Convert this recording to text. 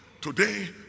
Today